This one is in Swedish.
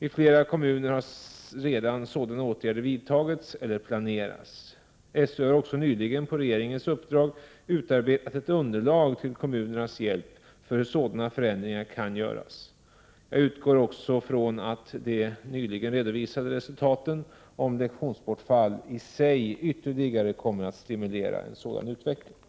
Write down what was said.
I flera kommuner har redan sådana åtgärder vidtagits eller planeras. SÖ har också nyligen på regeringens uppdrag utarbetat ett underlag till kommunernas hjälp för hur sådana förändringar kan göras. Jag utgår också från att de nyligen redovisade resultaten om lektionsbortfall i sig ytterligare kommer att stimulera en sådan utveckling.